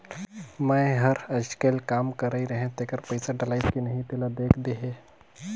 मै हर अईचकायल काम कइर रहें तेकर पइसा डलाईस कि नहीं तेला देख देहे?